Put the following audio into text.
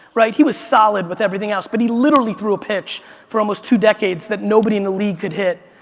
right? he was solid with everything else but he literally threw a pitch for almost two decades that nobody in the league could hit.